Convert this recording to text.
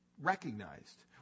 recognized